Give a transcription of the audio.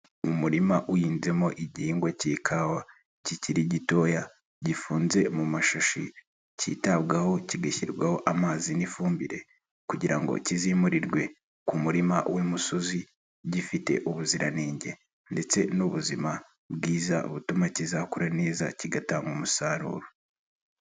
Mu muririma uhinzemo igihingwa cy'ikawa kikiri gitoya gifunze mu mashashi cyitabwaho kigashyirwaho amazi n'ifumbire kugira ngo kizimurirwe ku muririma w'umusozi gifite ubuziranenge ndetse n'ubuzima bwiza butuma kizakura neza kigatanga umusaruro.